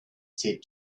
said